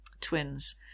twins